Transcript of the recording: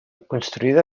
construïda